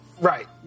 Right